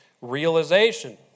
realization